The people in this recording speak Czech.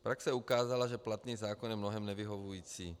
Praxe ukázala, že platný zákon je v mnohém nevyhovující.